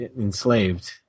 enslaved